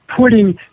putting